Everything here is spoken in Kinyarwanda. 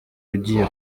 ugiye